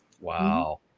wow